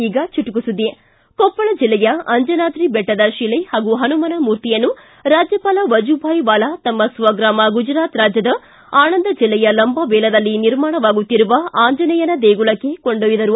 ಈಗ ಚುಟುಕು ಸುದ್ದಿ ಕೊಪ್ಪಳ ಜಿಲ್ಲೆಯ ಅಂಜನಾದ್ರಿ ದೆಟ್ಟದ ಶಿಲೆ ಹಾಗೂ ಹನುಮ ಮೂರ್ತಿಯನ್ನು ರಾಜ್ದಪಾಲ ವಜೂಭಾಯಿ ವಾಲಾ ತಮ್ನ ಸ್ವಗ್ರಾಮ ಗುಜರಾತ್ ರಾಜ್ಯದ ಆಣಂದ್ ಜಿಲ್ಲೆಯ ಲಂಬಾವೇಲಾದಲ್ಲಿ ನಿರ್ಮಾಣವಾಗುತ್ತಿರುವ ಆಂಜನೇಯನ ದೇಗುಲಕ್ಕೆ ಕೊಂಡೊಯ್ದರು